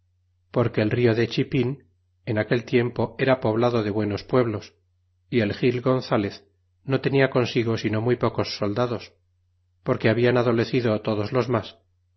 porque el rio de chipin en aquel tiempo era poblado de buenos pueblos y el gil gonzalez no tenia consigo sino muy pocos soldados porque hablan adolecido todos los mas